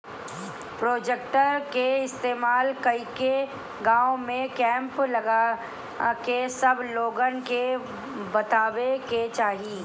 projector के इस्तेमाल कके गाँव में कैंप लगा के सब लोगन के बतावे के चाहीं